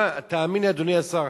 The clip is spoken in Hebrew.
תאמין לי, אדוני השר,